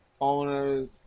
owners